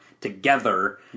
together